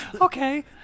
Okay